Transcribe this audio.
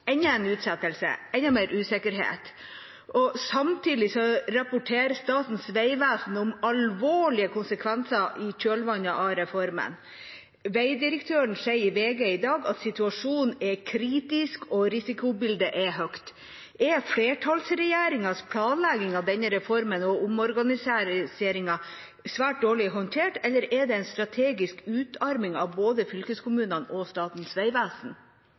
enda en utsettelse, enda mer usikkerhet. Samtidig rapporterer Statens vegvesen om alvorlige konsekvenser i kjølvannet av reformen. Veidirektøren sier i VG i dag at situasjonen er kritisk og risikoen høy. Er flertallsregjeringens planlegging av denne reformen og omorganiseringen svært dårlig håndtert, eller er det en strategisk utarming av både fylkeskommunene og Statens vegvesen?